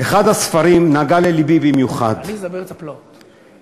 אחד הספרים נגע ללבי במיוחד, עליסה בארץ הפלאות.